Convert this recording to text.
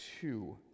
two